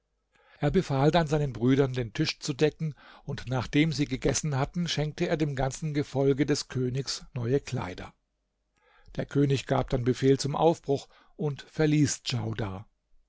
er befahl dann seinen brüdern den tisch zu decken und nachdem sie gegessen hatten schenkte er dem ganzen gefolge des königs neue kleider der könig gab dann befehl zum aufbruch und verließ